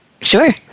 Sure